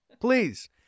please